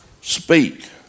speak